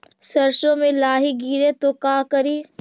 सरसो मे लाहि गिरे तो का करि?